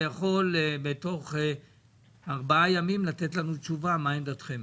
מבקש בתוך ארבעה ימים לתת לנו תשובה מה עמדתכם,